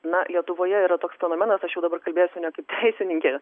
na lietuvoje yra toks fenomenas aš jau dabar kalbėsiu ne kaip teisininkė